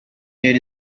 there